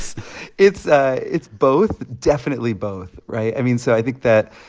it's ah it's both, definitely both, right? i mean, so i think that,